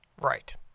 Right